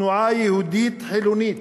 כתנועה יהודית חילונית,